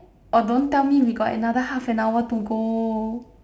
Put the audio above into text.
oh don't tell me we got another half an hour to go